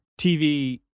tv